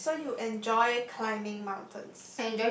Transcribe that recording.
I saw you enjoy climbing mountain